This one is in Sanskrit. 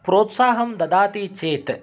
प्रोत्साहं ददाति चेत्